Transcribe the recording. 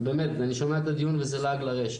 זה באמת אני שומע את הדיון וזה לעג לרש.